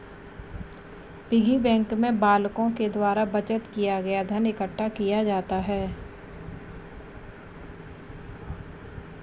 piggy bank में बालकों के द्वारा बचत किया गया धन इकट्ठा किया जाता है